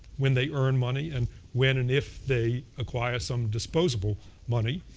when they earn money and when and if they acquire some disposable money,